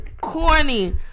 Corny